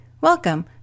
Welcome